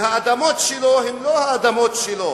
והאדמות שלו הן לא האדמות שלו,